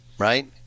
Right